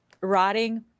rotting